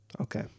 okay